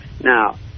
Now